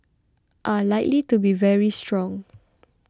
are likely to be very strong